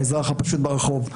האזרח הפשוט ברחוב.